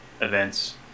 events